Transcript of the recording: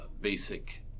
basic